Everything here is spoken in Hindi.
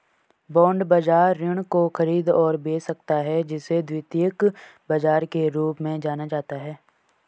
बांड बाजार ऋण को खरीद और बेच सकता है जिसे द्वितीयक बाजार के रूप में जाना जाता है